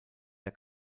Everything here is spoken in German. der